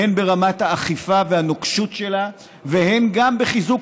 הן ברמת האכיפה והנוקשות שלה והן בחיזוק